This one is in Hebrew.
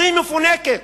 הכי מפונקת.